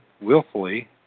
willfully